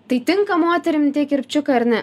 tai tinka moterim tie kirpčiukai ar ne